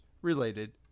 related